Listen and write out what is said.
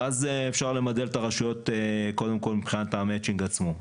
ואז אפשר למדלל את הרשויות קודם כל מבחינת המצ'ינג עצמו.